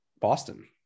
boston